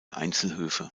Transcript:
einzelhöfe